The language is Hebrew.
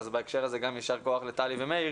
אז בהקשר הזה יישר כוח לטלי ומאיר